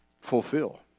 fulfill